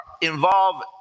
involve